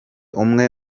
umwe